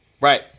right